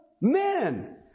men